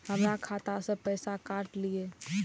हमर खाता से पैसा काट लिए?